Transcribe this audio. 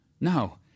No